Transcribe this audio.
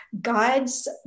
God's